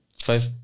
Five